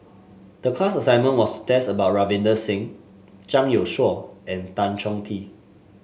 the class assignment was about Ravinder Singh Zhang Youshuo and Tan Chong Tee